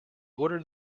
ordered